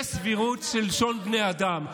יש סבירות של לשון בני האדם.